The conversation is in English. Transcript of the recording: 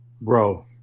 Bro